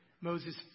Moses